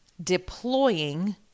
Deploying